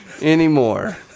anymore